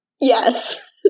Yes